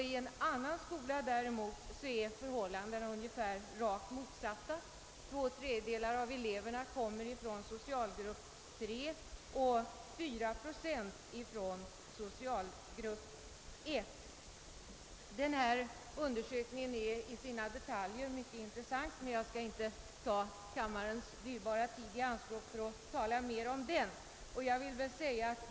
I en annan skola däremot är förhållandena rakt motsatta; två tredjedelar av eleverna kommer från socialgrupp 3 och 4 procent från socialgrupp 1. Denna undersökning är i sina detaljer mycket intressant men jag skall inte ta kammarens dyrbara tid i anspråk och tala mer om dem.